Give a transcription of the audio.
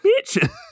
bitch